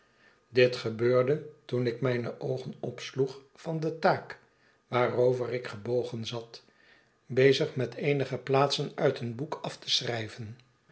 dit gebeurde toen ik mijne oogen opsloeg van de taak waarover ik gebogen zat bezig met eenige plaatsen uit een boek af te schrijven